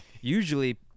Usually